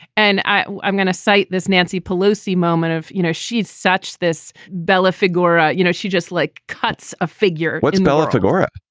and i'm going to cite this nancy pelosi moment of, you know, she's such this bella figura. you know, she just like cuts a figure. what's bella figura?